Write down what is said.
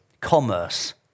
commerce